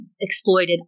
exploited